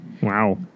Wow